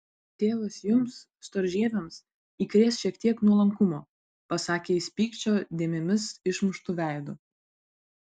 tėvas jums storžieviams įkrės šiek tiek nuolankumo pasakė jis pykčio dėmėmis išmuštu veidu